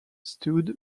stood